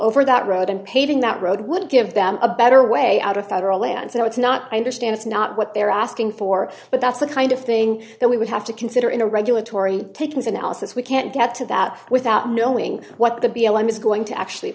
over that road and paving that road would give them a better way out of federal land so it's not i understand it's not what they're asking for but that's the kind of thing that we would have to consider in a regulatory takings analysis we can't get to that without knowing what the b l m is going to actually